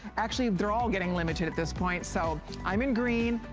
actually they are all getting limited at this point so i am in green.